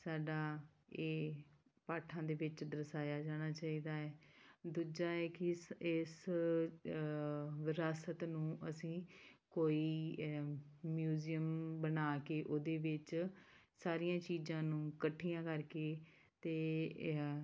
ਸਾਡਾ ਇਹ ਪਾਠਾਂ ਦੇ ਵਿੱਚ ਦਰਸਾਇਆ ਜਾਣਾ ਚਾਹੀਦਾ ਹੈ ਦੂਜਾ ਇਹ ਕਿ ਇਸ ਵਿਰਾਸਤ ਨੂੰ ਅਸੀਂ ਕੋਈ ਮਿਊਜ਼ੀਅਮ ਬਣਾ ਕੇ ਉਹਦੇ ਵਿੱਚ ਸਾਰੀਆਂ ਚੀਜ਼ਾਂ ਨੂੰ ਇਕੱਠੀਆਂ ਕਰਕੇ ਅਤੇ